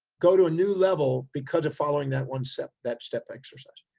go to a new level because of following that one step, that step exercise.